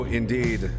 indeed